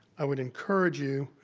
i would encourage you,